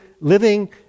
living